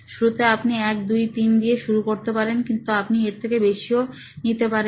শুরুতে আপনি 123 দিয়ে শুরু করতে পারেন কিন্তু আপনি এর থেকে বেশিও নিতে পারেন